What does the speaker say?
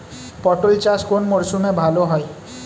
পটল চাষ কোন মরশুমে ভাল হয়?